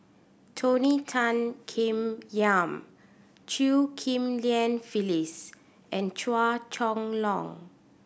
Tony Tan Keng Yam Chew Ghim Lian Phyllis and Chua Chong Long